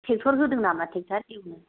tractor होदों नामा tractor एवनो